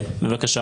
כן, בבקשה